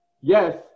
yes